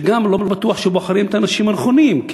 וגם לא בטוח שבוחרים את האנשים הנכונים,